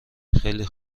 خیلی